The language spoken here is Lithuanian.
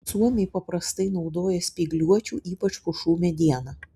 suomiai paprastai naudoja spygliuočių ypač pušų medieną